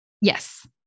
Yes